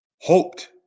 hoped